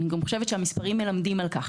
אני חושבת שהמספרים מלמדים על כך.